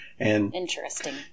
Interesting